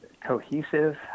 cohesive